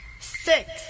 Six